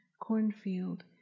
cornfield